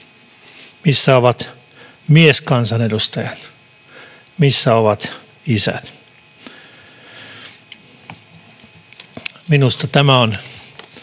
missä ovat mieskansanedustajat, missä ovat isät? Minusta tämä on